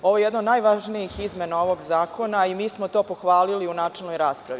Ovo je jedna od najvažnijih izmena ovog zakona i mi smo to pohvalili u načelnoj raspravi.